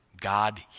God